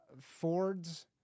Fords